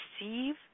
receive